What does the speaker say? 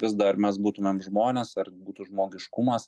vis dar mes būtumėm žmonės ar būtų žmogiškumas